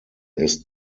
ist